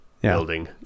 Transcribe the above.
building